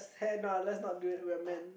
cannot let's not do it we are man